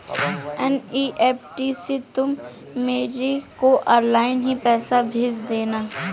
NEFT से तुम मेरे को ऑनलाइन ही पैसे भेज देना